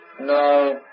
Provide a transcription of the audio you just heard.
No